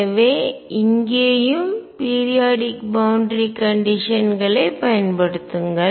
எனவே இங்கேயும் periodic boundary condition எல்லை நிபந்தனை களைப் பயன்படுத்துங்கள்